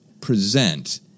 present